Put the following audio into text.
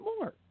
more